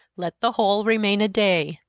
let the whole remain a day,